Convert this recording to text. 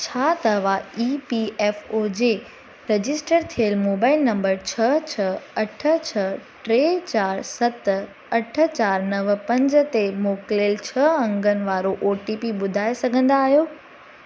छा तव्हां E P F O जे रजिस्टर थियलु मोबाइल नंबर छह छह अठ छह टे चारि सत अठ चारि नव पंज ते मोकिलियलु छह अंगन वारो ओटीपी ॿुधाए सघंदा आहियो